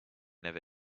never